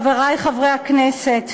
חברי חברי הכנסת,